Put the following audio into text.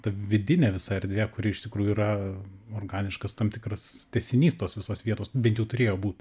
ta vidinė visa erdvė kuri iš tikrųjų yra organiškas tam tikras tęsinys tos visos vietos bent jau turėjo būt